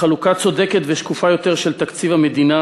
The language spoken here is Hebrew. חלוקה צודקת ושקופה יותר של תקציב המדינה,